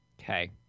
Okay